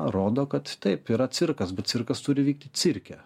rodo kad taip yra cirkasbet cirkas turi vykti cirke